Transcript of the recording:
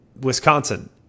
Wisconsin